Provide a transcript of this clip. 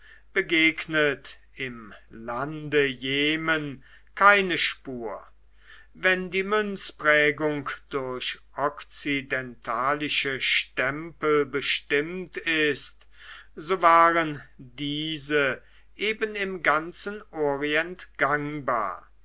begegnet im lande jemen keine spur wenn die münzprägung durch okzidentalische stempel bestimmt ist so waren diese eben im ganzen orient gangbar